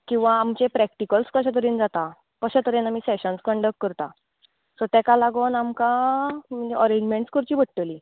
किंवा आमचें प्रॅक्टिकल्स कशे तरेन जाता कशे तरेन आमी सॅशंस कंडक करता सो तेका लागून आमकां म्हणजे अरेंजमँट्स करचीं पडटलीं